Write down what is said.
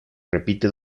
repite